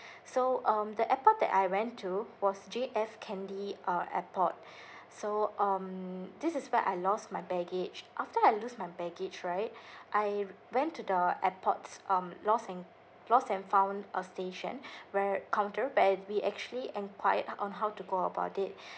so um the airport that I went to was J_F kennedy err airport so um this is where I lost my baggage after I lose my baggage right I went to the airport's um lost and lost and found uh station where counter where we actually enquired on how to go about it